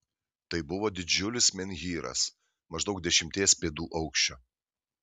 tai buvo didžiulis menhyras maždaug dešimties pėdų aukščio